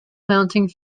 mounting